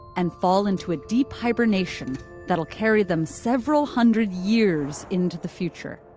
and fall into a deep hibernation that'll carry them several hundred years into the future.